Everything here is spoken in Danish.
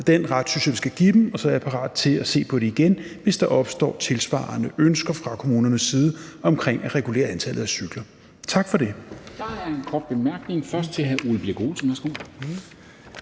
den ret synes jeg at vi skal give dem. Og så er jeg parat til at se på det igen, hvis der opstår tilsvarende ønsker fra kommunernes side omkring at regulere antallet af cykler. Tak for det.